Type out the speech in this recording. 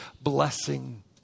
blessing